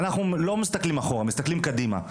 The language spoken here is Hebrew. אנחנו לא מסתכלים אחורה, מסתכלים קדימה.